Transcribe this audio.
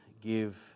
give